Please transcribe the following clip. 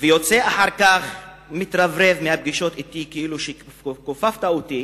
ויוצא אחר כך מהפגישות אתי ומתרברב כאילו שכופפת אותי,